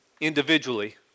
individually